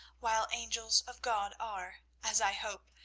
while angels of god are, as i hope,